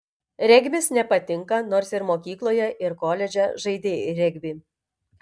regbis nepatinka nors ir mokykloje ir koledže žaidei regbį